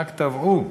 שרק טבעו,